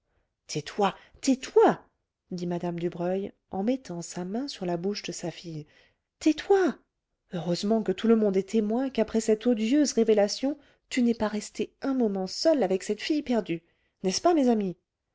tais-toi tais-toi dit mme dubreuil en mettant sa main sur la bouche de sa fille tais-toi heureusement que tout le monde est témoin qu'après cette odieuse révélation tu n'es pas restée un moment seule avec cette fille perdue n'est-ce pas mes amis